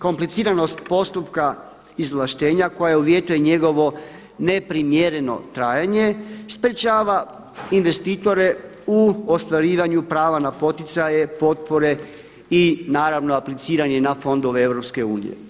Kompliciranost postupka izvlaštenja koja uvjetuje njegovo neprimjereno trajanje sprječava investitore u ostvarivanju prava na poticaje, potpore i naravno apliciranje na fondove EU.